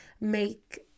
make